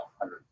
hundred